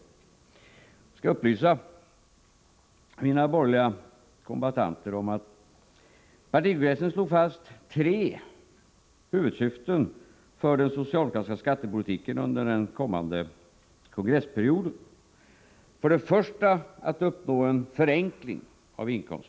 Jag kan upplysa mina borgerliga kombattanter om att partikongressen slog fast tre huvudsyften för den socialdemokratiska skattepolitiken under den kommande kongressperioden: 2.